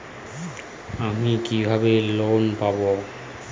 আমি কিভাবে লোন পাব?